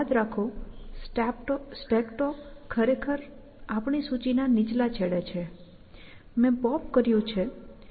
યાદ રાખો stack top ખરેખર આપણી સૂચિના નીચલા છેડે છે મેં પોપ કર્યું છે